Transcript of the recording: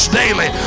daily